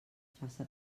faça